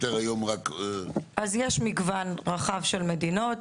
יש מגוון רחב של מדינות.